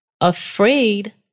afraid